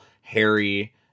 Harry